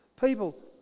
People